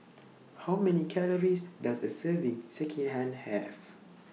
How Many Calories Does A Serving Sekihan Have